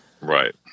right